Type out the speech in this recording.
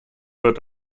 wird